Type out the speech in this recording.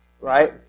Right